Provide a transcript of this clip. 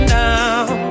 down